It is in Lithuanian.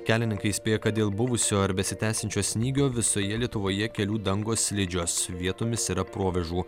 kelininkai įspėja kad dėl buvusio ar besitęsiančio snygio visoje lietuvoje kelių dangos slidžios vietomis yra provėžų